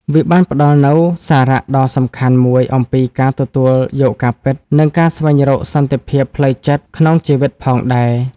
វាបានផ្តល់នូវសារដ៏សំខាន់មួយអំពីការទទួលយកការពិត និងការស្វែងរកសន្តិភាពផ្លូវចិត្តក្នុងជីវិតផងដែរ។